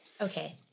Okay